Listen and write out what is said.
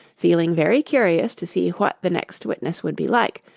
feeling very curious to see what the next witness would be like,